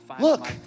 Look